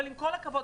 אבל בכל הכבוד,